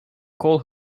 call